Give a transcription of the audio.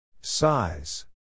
Size